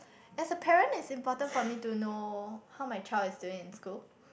as a parent is important for me to know how my child is doing in school